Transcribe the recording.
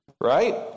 right